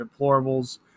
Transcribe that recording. deplorables